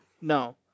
No